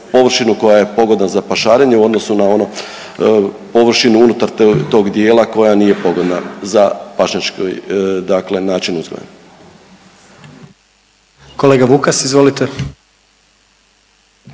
površinu koja je pogodna za pašarenje u odnosu na onu površinu unutar tog dijela koja nije pogodna za pašnjački dakle način uzgoja. **Jandroković,